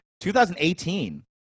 2018